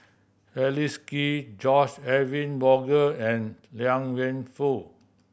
Leslie Kee George Edwin Bogaar and Liang Wenfu